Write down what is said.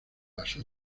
las